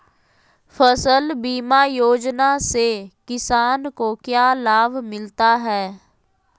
फसल बीमा योजना से किसान को क्या लाभ मिलता है?